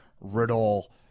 Riddle